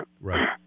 Right